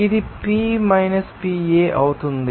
కాబట్టి ఇది P PA అవుతుంది